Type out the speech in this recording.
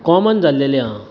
common जाल्लेलें आहा